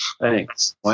Thanks